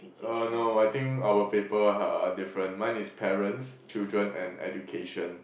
uh no I think our paper are different mine is parents children and education